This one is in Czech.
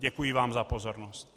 Děkuji vám za pozornost.